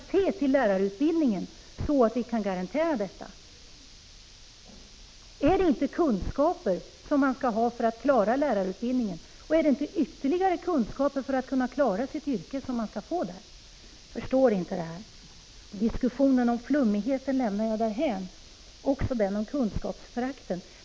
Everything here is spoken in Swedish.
1985/86:49 kvalitet att vi kan garantera detta? Är det inte kunskaper som man skall ha — 11 december 1985 för att klara lärarutbildningen, och är det inte där man skall kuna få. SOA ——-N ytterligare kunskaper för att klara sitt yrke? Jag förstår inte det här. Diskussionen om flummigheten lämnar jag därhän, likaså den om kunskapsföraktet.